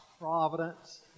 providence